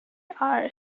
are